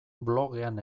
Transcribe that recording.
blogean